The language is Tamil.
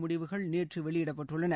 முடிவுகள் நேற்று வெளியிடப்பட்டுள்ளன